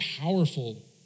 powerful